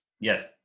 Yes